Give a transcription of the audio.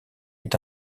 est